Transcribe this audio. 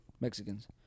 Mexicans